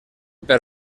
per